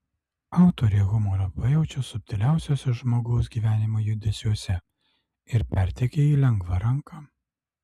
autorė humorą pajaučia subtiliausiuose žmogaus gyvenimo judesiuose ir perteikia jį lengva ranka